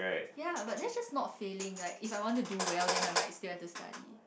yeah but that's just not failing like if I want to do well then I might still have to study